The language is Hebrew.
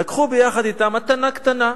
לקחו ביחד אתם מתנה קטנה,